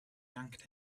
yanked